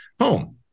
home